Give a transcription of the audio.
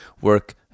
work